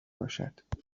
باشد